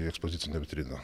į ekspozicinę vitriną